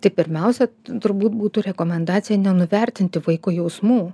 tai pirmiausia turbūt būtų rekomendacija nenuvertinti vaiko jausmų